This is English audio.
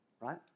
right